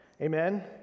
Amen